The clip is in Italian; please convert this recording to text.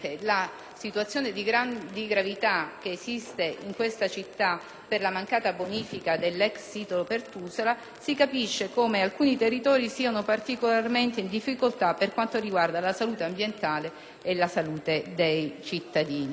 situazione di gravità che esiste in questa città per la mancata bonifica dell'ex sito Pertusola, si capisce come alcuni territori siano particolarmente in difficoltà per quanto riguarda la salubrità ambientale e la salute dei cittadini.